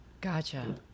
Gotcha